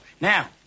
Now